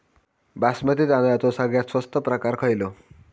बासमती तांदळाचो सगळ्यात स्वस्त प्रकार खयलो?